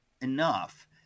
enough